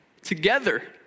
together